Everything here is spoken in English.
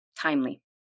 timely